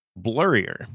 blurrier